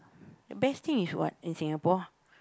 best thing is what in Singapore